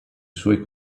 suoi